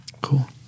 Cool